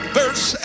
verse